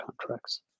contracts